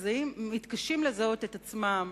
מתקשים לזהות את עצמם,